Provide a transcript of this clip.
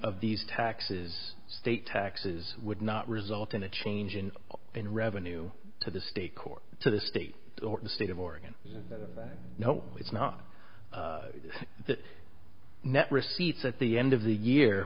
of these taxes state taxes would not result in a change in in revenue to the state court to the state or the state of oregon no it's not the net receipts at the end of the year